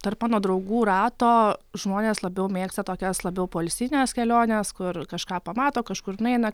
tarp mano draugų rato žmonės labiau mėgsta tokias labiau poilsines keliones kur kažką pamato kažkur nueina